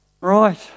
Right